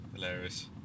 Hilarious